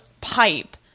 pipe